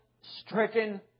stricken